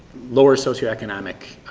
lower socioeconomic